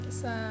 sa